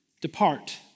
Depart